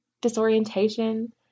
disorientation